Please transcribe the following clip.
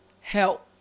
help